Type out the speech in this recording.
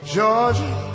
Georgia